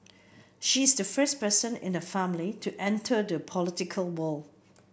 she is the first person in her family to enter the political world